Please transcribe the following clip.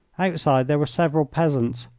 outside there were several peasants,